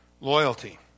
Loyalty